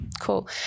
cool